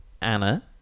Anna